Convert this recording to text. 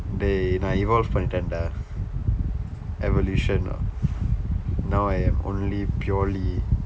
dey நான்:naan evolve பண்ணிட்டேன்:pannitdeen dah evolution now I am only purely